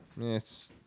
Yes